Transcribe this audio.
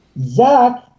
Zach